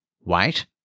white